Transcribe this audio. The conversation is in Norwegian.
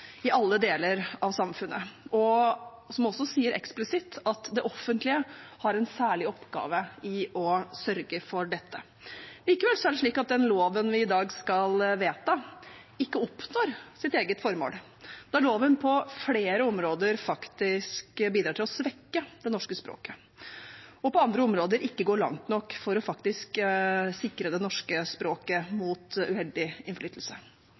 i alle deler av samfunnet, og som også sier eksplisitt at det offentlige har en særlig oppgave i å sørge for dette. Likevel er det slik at den loven vi i dag skal vedta, ikke oppnår sitt eget formål, når loven på flere områder faktisk bidrar til å svekke det norske språket og på andre områder ikke går langt nok for faktisk å sikre det norske språket mot uheldig innflytelse